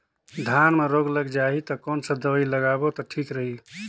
धान म रोग लग जाही ता कोन सा दवाई लगाबो ता ठीक रही?